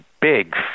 big